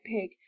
pig